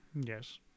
Yes